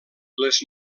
les